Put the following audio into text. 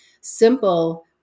simple